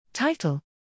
Title